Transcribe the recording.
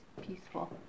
peaceful